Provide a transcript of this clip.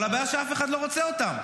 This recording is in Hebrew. אבל הבעיה, שאף אחד לא רוצה אותם.